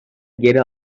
geri